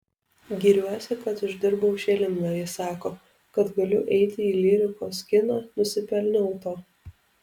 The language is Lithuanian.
giriuosi kad uždirbau šilingą ji sako kad galiu eiti į lyrikos kiną nusipelniau to